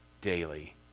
Daily